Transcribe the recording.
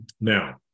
Now